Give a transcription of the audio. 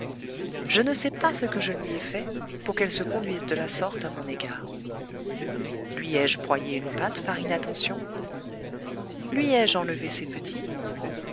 je ne sais pas ce que je lui ait fait pour qu'elle se conduise de la sorte à mon égard lui ai-je broyé une patte par inattention lui ai-je enlevé ses petits